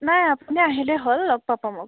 নাই আপুনি আহিলেই হ'ল লগ পাব মোক